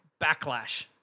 backlash